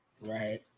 right